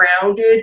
grounded